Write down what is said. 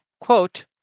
Quote